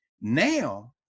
now